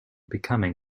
becoming